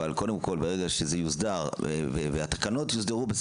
אבל קודם כול ברגע שזה יוסדר והתקנות יוסדרו.